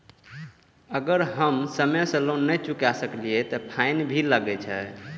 अगर हम समय से लोन ना चुकाए सकलिए ते फैन भी लगे छै?